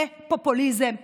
זה פופוליזם לשמו.